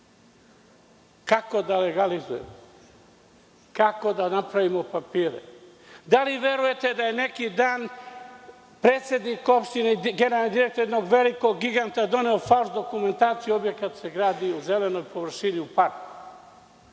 Kako da legalizuju? Kako da napravimo papire? Da li verujete da je neki dan predsednik opštine, generalni direktor jednog velikog giganta doneo falš dokumentaciju, objekat se gradi u zelenoj površini u parku,